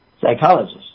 psychologist